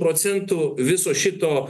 procentų viso šito